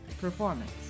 performance